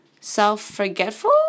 self-forgetful